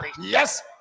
yes